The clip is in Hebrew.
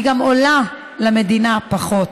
היא עולה למדינה פחות,